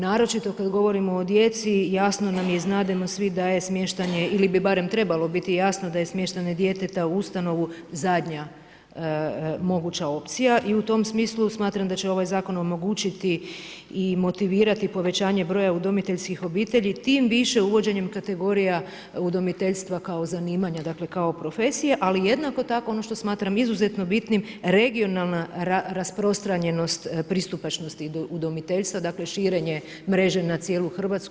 Naročito kada govorimo o djeci, jasno nam je i znademo svi da je smještanje ili bi barem trebalo biti jasno, da je smještanje djeteta u ustanovu zadnja moguća opcija i u tom smislu smatram da će ovaj zakon omogućiti i motivirati povećanje broja udomiteljskih obitelji, tim više uvođenjem kategorija udomiteljstva kao zanimanja, dakle, kao profesija, ali jednako tako, ono što smatram izuzetno bitnim regionalna rasprostranjenost, pristupačnost udomiteljstva, dakle, širenje mreže na cijelu Hrvatsku.